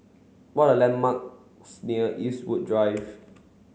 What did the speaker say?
what are landmarks near Eastwood Drive